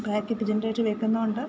back up generator വെക്കുന്നുണ്ട്